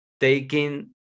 taking